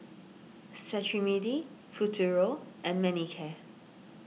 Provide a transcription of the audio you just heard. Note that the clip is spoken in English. Cetrimide Futuro and Manicare